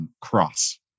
cross